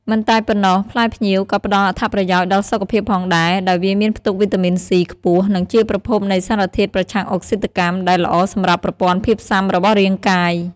មិនតែប៉ុណ្ណោះ ផ្លែផ្ញៀវក៏ផ្តល់អត្ថប្រយោជន៍ដល់សុខភាពផងដែរ ដោយវាមានផ្ទុកវីតាមីន C ខ្ពស់ និងជាប្រភពនៃសារធាតុប្រឆាំងអុកស៊ីតកម្ម ដែលល្អសម្រាប់ប្រព័ន្ធភាពស៊ាំរបស់រាងកាយ។